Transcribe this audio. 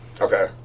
Okay